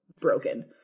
broken